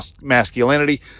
masculinity